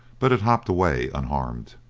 but it hopped away unharmed.